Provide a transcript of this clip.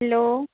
hello